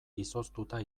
izoztuta